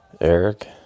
Eric